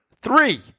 Three